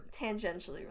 tangentially